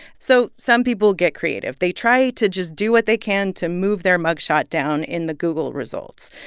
so some people get creative. they try to just do what they can to move their mug shot down in the google results,